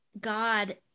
God